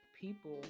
people